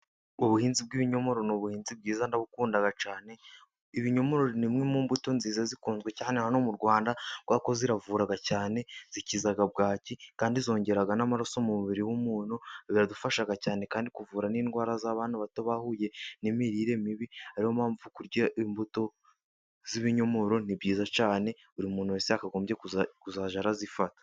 Ubuhinzi bw'ibinyomoro ni ubuhinzi bwiza ndabukunda cyane. Ibinyomoro ni imwe mu mbuto nziza zikunzwe cyane hano mu Rwanda, kubera ko ziravura cyane, zikiza bwaki kandi zongera n'amaraso mu mubiri w'umuntu. Biradufasha cyane kandi kuvura n'indwara z'bana bato bahuye n'imirire mibi, ari yo mpamvu kurya imbuto z'ibinyomoro ni byiza cyane. Buri muntu wese yakagombye kuzajya azifata.